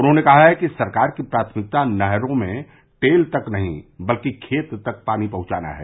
उन्होंने कहा है कि सरकार की प्राथमिकता नहरों में टेल तक नहीं बल्कि खेत तक पानी पहंचाना है